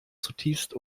zutiefst